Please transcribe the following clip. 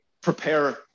prepare